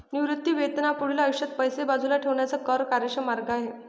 निवृत्ती वेतन हा पुढील आयुष्यात पैसे बाजूला ठेवण्याचा कर कार्यक्षम मार्ग आहे